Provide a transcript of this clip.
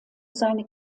seine